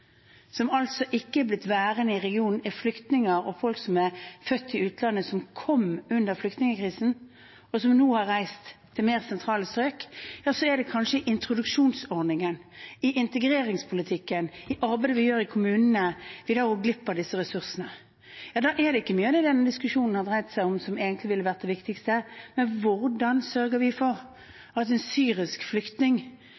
som altså ikke har blitt værende i regionen, er flyktninger og folk født i utlandet, som kom under flyktningkrisen, og som nå er reist til mer sentrale strøk, ja, så er det kanskje introduksjonsordningen, integreringspolitikken og arbeidet vi gjør i kommunene, som gjør at vi går glipp av disse ressursene. Da er det ikke hva mye av det denne diskusjonen har dreid seg om, som ville vært det viktigste, men hvordan vi sørger